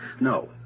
No